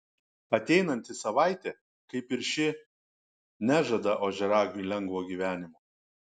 ateinanti savaitė kaip ir ši nežada ožiaragiui lengvo gyvenimo